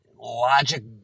logic